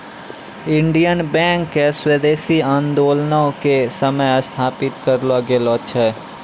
Indian Bank के स्वदेशी आन्दोलनो के समय स्थापित करलो गेलो छै